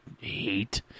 hate